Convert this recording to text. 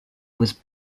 was